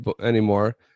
anymore